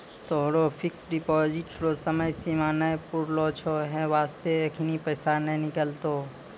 तोहरो fixed deposit रो समय सीमा नै पुरलो छौं है बास्ते एखनी पैसा नै निकलतौं